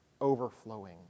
overflowing